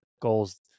goals